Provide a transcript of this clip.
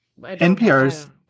NPRs